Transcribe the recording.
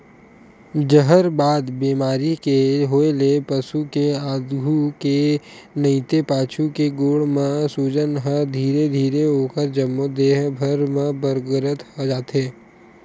जहरबाद बेमारी के होय ले पसु के आघू के नइते पाछू के गोड़ म सूजन ह धीरे धीरे ओखर जम्मो देहे भर म बगरत जाथे